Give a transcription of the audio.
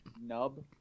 nub